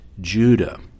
Judah